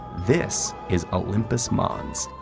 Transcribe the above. this is olympus mons,